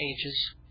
Ages